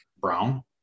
Brown